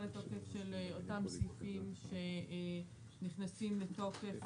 לתוקף של אותם סעיפים שנכנסים לתוקף